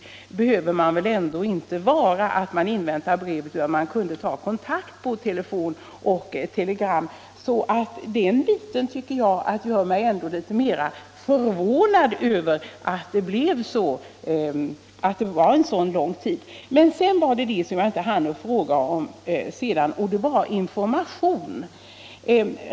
Så formalistisk behöver man väl ändå inte vara att man måste invänta brevet utan man kunde ju ha tagit kontakt per telefon eller telegram. Den upplysningen gör mig alltså ändå mer förvånad över att det blev en så lång tids isolering. Sedan till det som jag i mitt förra anförande inte hann med att fråga om, nämligen informationen.